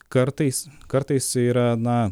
kartais kartais yra na